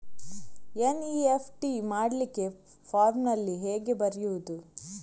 NEFT ಮಾಡ್ಲಿಕ್ಕೆ ಫಾರ್ಮಿನಲ್ಲಿ ಹೇಗೆ ಬರೆಯುವುದು?